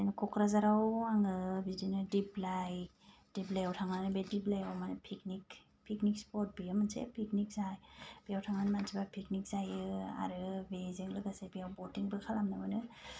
जेन क'क्राझाराव आङो बिदिनो दिप्लाइ दिप्लाइआव थांनानै बे दिप्लाइआव माने पिकनिक पिकनिक स्पट बेयो मोनसे पिकनिक जा बेयाव थांनानै मानसिफोरा पिकनिक जायो आरो बेजों लोगोसे बेयाव बटिंबो खालामनो मोनो